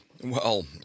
Well